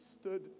stood